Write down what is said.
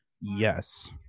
Yes